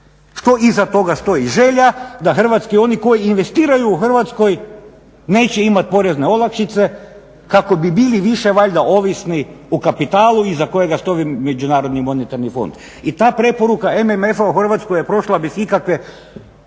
Što iza toga stoji? Želja da hrvatski oni koji investiraju u Hrvatskoj neće imati porezne olakšice kako bi bili više valjda ovisni o kapitalu iza kojega stoji MMF. I ta preporuka MMF-a u Hrvatskoj je prošla bez ikakve